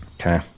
okay